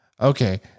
Okay